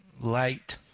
light